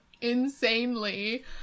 insanely